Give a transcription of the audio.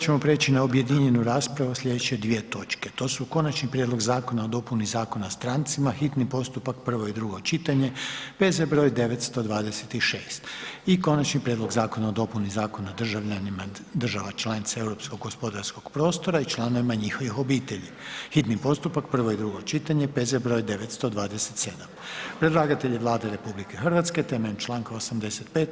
ćemo prijeći na objedinjenu raspravu o sljedeće dvije točke, to su: Konačni prijedlog Zakona o dopuni Zakona o strancima, hitni postupak, prvo i drugo čitanje, P.Z. br. 926 Konačni prijedlog Zakona o dopuni Zakona o državljanima država članica europskog gospodarskog prostora i članovima njihovih obitelji, hitni postupak, prvo i drugo čitanje, P.Z. br. 927 Predlagatelj je Vlada RH na temelju članka 85.